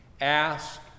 ask